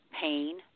pain